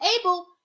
able